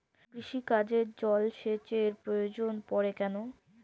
কৃষিকাজে জলসেচের প্রয়োজন পড়ে কেন?